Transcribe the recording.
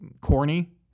corny